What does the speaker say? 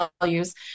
values